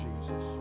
Jesus